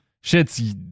Shit's